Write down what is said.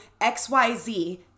XYZ